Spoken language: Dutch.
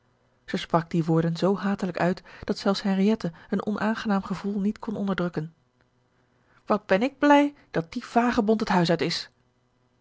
zij sprak die woorden zoo hatelijk uit dat zelfs henriëtte een onaangenaam gevoel niet kon onderdrukken wat ben ik blij dat die vagebond het huis uit is